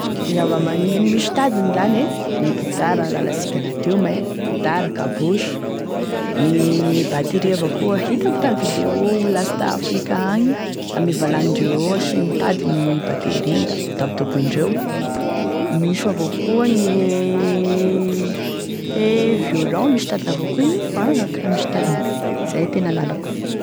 Zava-maneno misy tadidiny zany e gne gitara efa lalasika lateo mein, e gitara, kabosy, gne batterie avao koa hitako tame vidéo lasta Afrika agny ame valahandreo eo asiagny tady e batterie igny da dabodaboindreo eo, misy avao koa gne e violon, misy tadiny avao koa io, akoraha misy tadiny, zay tena lalako.